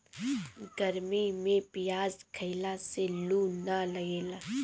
गरमी में पियाज खइला से लू ना लागेला